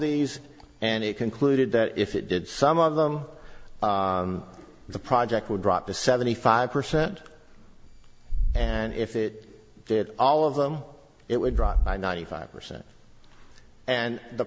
these and it concluded that if it did some of them the project would drop to seventy five percent and if it did all of them it would drop by ninety five percent and the